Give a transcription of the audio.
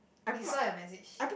you saw your message